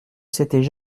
s’étaient